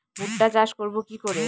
ভুট্টা চাষ করব কি করে?